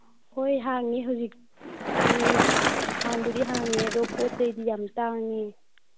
ꯍꯣꯏ ꯍꯥꯡꯏ ꯍꯧꯖꯤꯛꯇꯤ ꯍꯥꯡꯕꯨꯗꯤ ꯍꯥꯡꯏ ꯑꯗꯣ ꯄꯣꯠ ꯆꯩꯗꯤ ꯌꯥꯝ ꯇꯥꯡꯏ